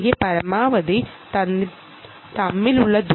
അതിനാൽ എനിക്ക് അവ തമ്മിലുള്ള ദൂരം കണ്ടെത്താൻ കഴിയും